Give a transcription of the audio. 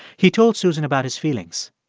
he told susan about his feelings.